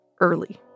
early